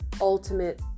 ultimate